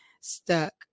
stuck